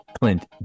Clint